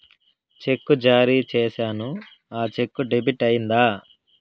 చెక్కు జారీ సేసాను, ఆ చెక్కు డెబిట్ అయిందా